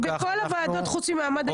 בכל הוועדות חוץ ממעמד האישה יש לכם רוב.